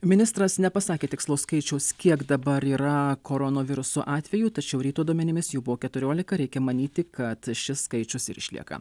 ministras nepasakė tikslaus skaičiaus kiek dabar yra koronoviruso atvejų tačiau ryto duomenimis jų buvo keturiolika reikia manyti kad šis skaičius ir išlieka